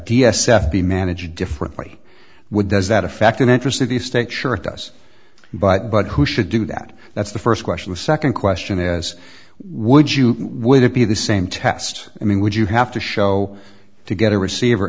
s be managed differently would does that affect an interest of the state sure it does but but who should do that that's the first question the second question is would you would it be the same test i mean would you have to show to get a receiver